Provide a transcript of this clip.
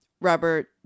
Robert